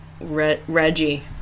Reggie